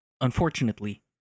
Unfortunately